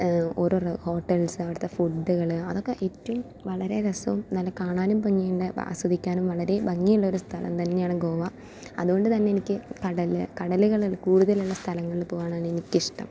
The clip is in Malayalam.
ഓരോരോ ഹോട്ടൽസ് അവിടുത്ത ഫുഡുകൾ അതൊക്കെ ഏറ്റവും വളരെ രസവും നല്ല കാണാനും ഭംഗിയുണ്ട് ആസ്വദിക്കാനും വളരെ ഭംഗിയുള്ളൊരു സ്ഥലം തന്നെയാണ് ഗോവ അതുകൊണ്ട് തന്നെ എനിക്ക് കടൽ കടലുകൾ കൂടുതലുള്ള സ്ഥലങ്ങൾ പോകാനാണ് എനിക്കിഷ്ടം